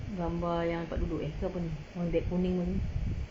gambar yang tempat duduk eh ke apa ni on that kuning one